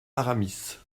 aramis